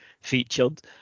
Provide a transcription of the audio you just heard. featured